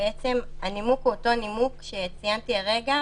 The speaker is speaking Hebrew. הנימוק הוא אותו נימוק שציינתי הרגע,